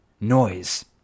noise